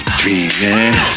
dreaming